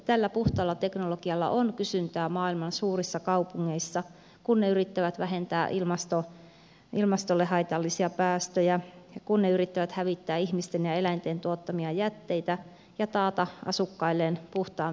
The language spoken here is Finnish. tällä puhtaalla teknologialla on kysyntää maailman suurissa kaupungeissa kun ne yrittävät vähentää ilmastolle haitallisia päästöjä ja kun ne yrittävät hävittää ihmisten ja eläinten tuottamia jätteitä ja taata asukkailleen puhtaan veden saannin